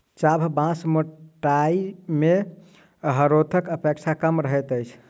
चाभ बाँस मोटाइ मे हरोथक अपेक्षा कम रहैत अछि